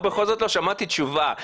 בכל זאת לא שמעתי תשובה,